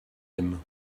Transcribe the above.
aiment